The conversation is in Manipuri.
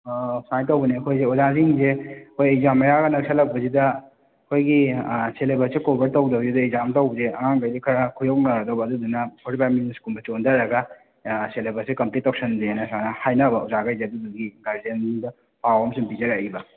ꯑꯣ ꯁꯨꯃꯥꯏꯅ ꯇꯧꯕꯅꯦ ꯑꯩꯈꯣꯁꯦ ꯑꯣꯖꯥꯁꯤꯡꯁꯦ ꯑꯩꯈꯣꯏ ꯑꯦꯛꯖꯥꯝ ꯃꯌꯥꯒ ꯅꯛꯁꯤꯜꯂꯛꯄꯁꯤꯗ ꯑꯩꯈꯣꯏꯒꯤ ꯁꯦꯂꯦꯕꯁꯁꯦ ꯀꯣꯕꯔ ꯇꯧꯗꯕꯁꯤꯗ ꯑꯦꯛꯖꯥꯝ ꯇꯧꯕꯁꯦ ꯑꯉꯥꯡꯈꯩꯗ ꯈꯔ ꯈꯨꯌꯧꯅꯔꯗꯕ ꯑꯗꯨꯗꯨꯅ ꯐꯣꯔꯇꯤ ꯐꯥꯏꯞ ꯃꯤꯅꯤꯠꯁꯀꯨꯝꯕ ꯆꯣꯟꯊꯔꯒ ꯁꯦꯂꯦꯕꯁꯁꯦ ꯀꯝꯄ꯭ꯂꯤꯠ ꯇꯧꯁꯟꯁꯦꯅ ꯁꯨꯃꯥꯏꯅ ꯍꯥꯏꯅꯕ ꯑꯣꯖꯥꯈꯩꯁꯦ ꯑꯗꯨꯗꯨꯒꯤ ꯒꯥꯔꯖ꯭ꯌꯟꯗ ꯄꯥꯎ ꯑꯃ ꯑꯁꯨꯝ ꯄꯤꯖꯔꯛꯏꯕ